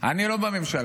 אני לא בממשלה,